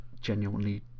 genuinely